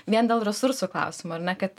vien dėl resursų klausimo ar ne kad